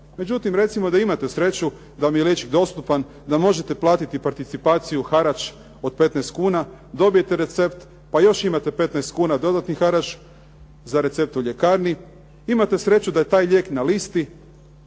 Međutim, recimo da imate sreću da vam je liječnik dostupan, da možete platiti participaciju, harač od 15 kuna, dobijete recept pa još imate 15 kuna za dodatni harač za recept u ljekarni, imate sreću da je taj lijek na listi